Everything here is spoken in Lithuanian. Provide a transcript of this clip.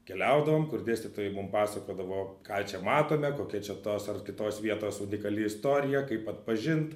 keliaudavom kur dėstytojai mum pasakodavo ką čia matome kokia čia tos ar kitos vietos unikali istorija kaip atpažint